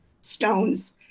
stones